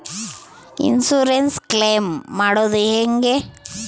Insurance claim ಮಾಡದು ಹೆಂಗೆ?